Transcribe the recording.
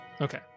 Okay